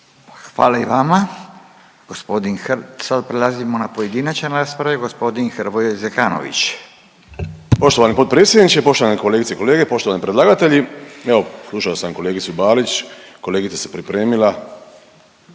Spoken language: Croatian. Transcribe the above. Zekanović. **Zekanović, Hrvoje (HDS)** Poštovani potpredsjedniče, poštovane kolegice i kolege, poštovani predlagatelji. Evo slušao sam kolegicu Balić, kolegica se pripremila.